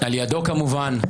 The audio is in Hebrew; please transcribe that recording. על ידו כמובן.